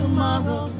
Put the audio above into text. Tomorrow